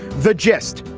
the gist.